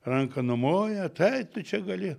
ranka numoja tai tu čia gali